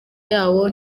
yabo